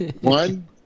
One